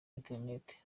internet